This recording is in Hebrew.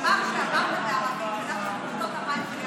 אמר שאמרתם בערבית שאנחנו נלך לשתות את המים של ים המלח.